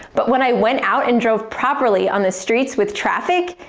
but when i went out and drove properly, on the streets with traffic,